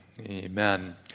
amen